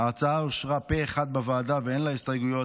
ההצעה אושרה פה אחד בוועדה ואין לה הסתייגויות.